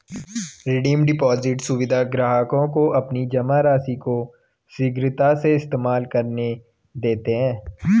redeem deposit सुविधा ग्राहकों को अपनी जमा राशि को शीघ्रता से इस्तेमाल करने देते है